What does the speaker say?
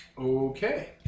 Okay